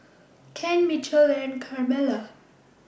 Ken Mitchell and Carmela